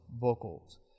vocals